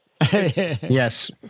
Yes